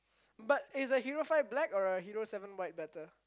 but is a Hero five black or a Hero seven white better